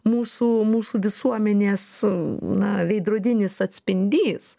mūsų mūsų visuomenės na veidrodinis atspindys